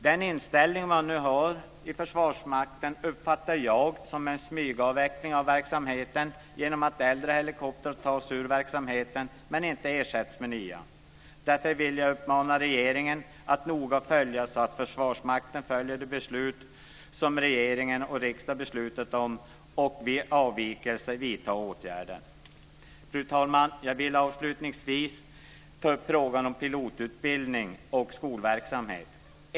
Den inställning som man nu har i Försvarsmakten uppfattar jag som en smygavveckling av verksamheten genom att äldre helikoptrar tas ur verksamheten men inte ersätts med nya. Därför vill jag uppmana regeringen att noga följa att Försvarsmakten följer de beslut som regering och riksdag fattat och vid avvikelse vidta åtgärder. Fru talman! Jag vill avslutningsvis ta upp frågan om pilotutbildning och skolverksamhet.